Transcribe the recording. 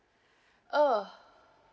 uh